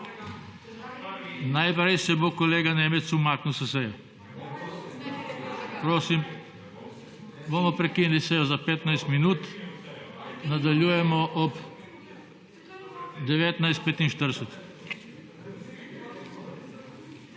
Najprej se bo kolega Nemec umaknil s seje. Sejo bomo prekinili za 15 minut. Nadaljujemo ob 19.45.